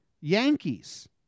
Yankees